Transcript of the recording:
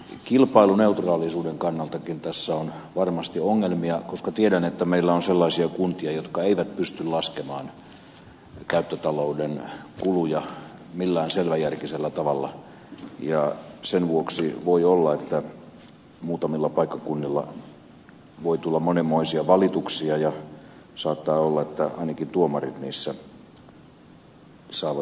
kilpailuneutraalisuuden kannaltakin tässä on varmasti ongelmia koska tiedän että meillä on sellaisia kuntia jotka eivät pysty laskemaan käyttötalouden kuluja millään selväjärkisellä tavalla ja sen vuoksi voi olla että muutamilla paikkakunnilla voi tulla monenmoisia valituksia ja saattaa olla että ainakin tuomarit niissä saavat hyvät tulot